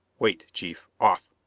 wait, chief. off